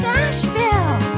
Nashville